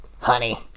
Honey